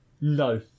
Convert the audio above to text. No